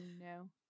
no